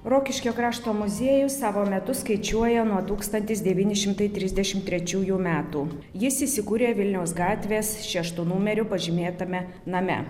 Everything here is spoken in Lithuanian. rokiškio krašto muziejus savo metus skaičiuoja nuo tūkstantis devyni šimtai trisdešim trečiųjų metų jis įsikūrė vilniaus gatvės šeštu numeriu pažymėtame name